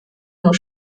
nur